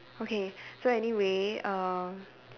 okay so anyway uh